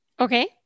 Okay